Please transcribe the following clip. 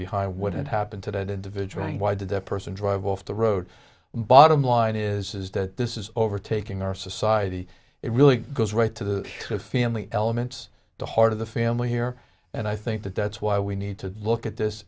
behind what happened to that individual why did that person drive off the road bottom line is that this is overtaking our society it really goes right to the family elements the heart of the family here and i think that that's why we need to look at this